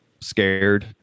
scared